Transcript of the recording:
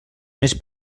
més